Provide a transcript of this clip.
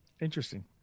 Interesting